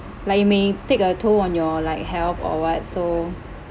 like it may take a toll on your like health or what so